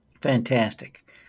Fantastic